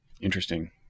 Interesting